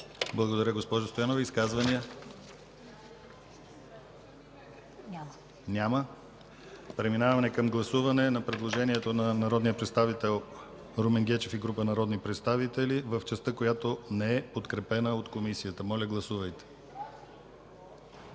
Благодаря, госпожо Стоянова. Изказвания? Няма. Преминаваме към гласуване на предложението на народния представител Румен Гечев и група народни представители в частта, която не е подкрепена от Комисията. Моля, гласувайте.